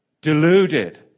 Deluded